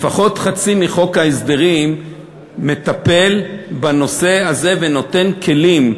לפחות חצי מחוק ההסדרים מטפל בנושא הזה ונותן כלים.